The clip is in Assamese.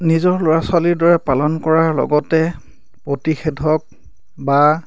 নিজৰ ল'ৰা ছোৱালীৰ দৰে পালন কৰাৰ লগতে প্ৰতিষেধক বা